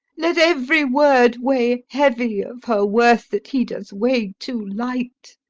let every word weigh heavy of her worth that he does weigh too light.